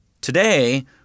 Today